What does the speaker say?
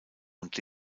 und